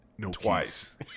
Twice